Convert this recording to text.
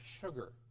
sugar